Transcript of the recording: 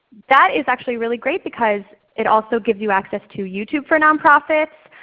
that is actually really great because it also gives you access to youtube for nonprofits,